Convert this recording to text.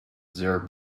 their